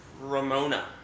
Ramona